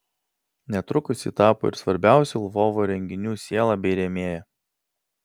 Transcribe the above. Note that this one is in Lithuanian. netrukus ji tapo ir svarbiausių lvovo renginių siela bei rėmėja